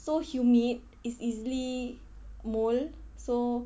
so humid is easily mould so